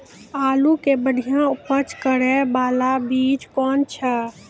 आलू के बढ़िया उपज करे बाला बीज कौन छ?